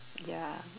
ya